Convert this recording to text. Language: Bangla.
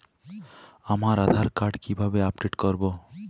আমার আধার কার্ড কিভাবে আপডেট করব?